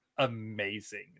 amazing